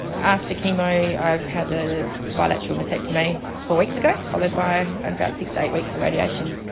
after chemo i've had a bilateral mastectomy four weeks ago, followed by about six to eight weeks of radiation.